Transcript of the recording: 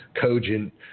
cogent